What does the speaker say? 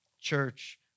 Church